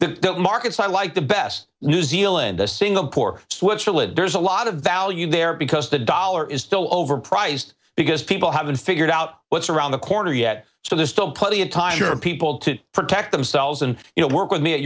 the markets i like the best new zealand a single core switzerland there's a lot of value there because the dollar is still overpriced because people haven't figured out what's around the corner yet so there's still plenty of time europe people to protect themselves and you know work with me at